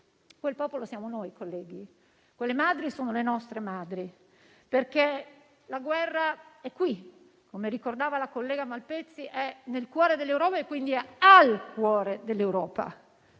quel popolo siamo noi; quelle madri sono le nostre madri, perché la guerra è qui - come ricordava la collega Malpezzi - è nel cuore dell'Europa e, quindi, al cuore dell'Europa